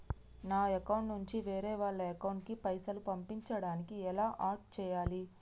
నా అకౌంట్ నుంచి వేరే వాళ్ల అకౌంట్ కి పైసలు పంపించడానికి ఎలా ఆడ్ చేయాలి?